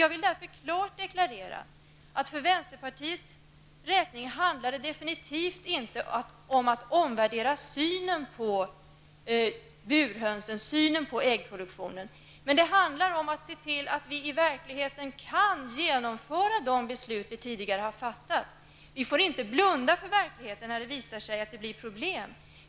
Jag vill därför klart deklarera att det för vänsterpartiets del absolut inte handlar om att omvärdera synen på burhönsen och äggproduktionen. Däremot handlar det om att se till att vi i verkligheten kan genomföra de beslut som vi tidigare har fattat. Vi får inte blunda för verkligheten när det visar sig att det blir problem.